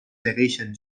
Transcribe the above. segueixen